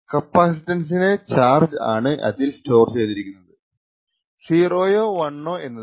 ക്യാപസിറ്ററിന്റെ charge ആണ് അതിൽ store ചെയ്തിരിക്കുന്നത് 0 യോ 1 ഓ എന്നത് തീരുമാനിക്കുന്നത്